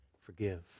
forgive